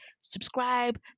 subscribe